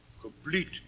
Complete